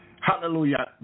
hallelujah